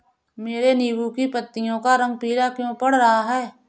मेरे नींबू की पत्तियों का रंग पीला क्यो पड़ रहा है?